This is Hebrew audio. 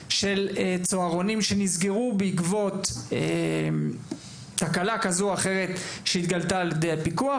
של צהרונים שנסגרו בעקבות תקלה כזו או אחרת שהתגלתה על ידי הפיקוח.